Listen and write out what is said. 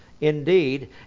indeed